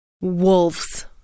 Wolves